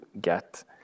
get